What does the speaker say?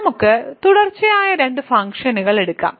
നമുക്ക് തുടർച്ചയായ രണ്ട് ഫംഗ്ഷനുകൾ എടുക്കാം